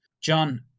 John